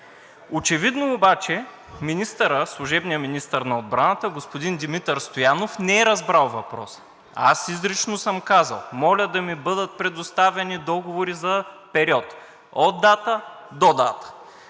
Очевидно обаче служебният министър на отбраната господин Димитър Стоянов не е разбрал въпроса. Аз изрично съм казал: „Моля да ми бъдат предоставени договори за период – от дата – до дата.“